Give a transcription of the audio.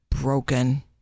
broken